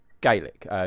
Gaelic